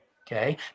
okay